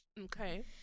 Okay